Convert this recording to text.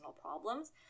problems